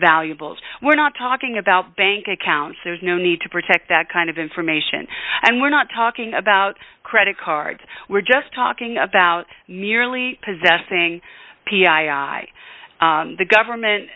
valuables we're not talking about bank accounts there's no need to protect that kind of information and we're not talking about credit cards we're just talking about merely possessing p s i i the government